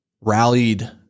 rallied